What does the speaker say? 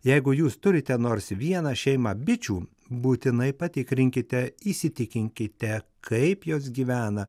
jeigu jūs turite nors vieną šeimą bičių būtinai patikrinkite įsitikinkite kaip jos gyvena